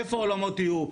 איפה האולמות יהיו,